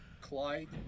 Clyde